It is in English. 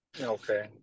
okay